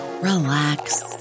relax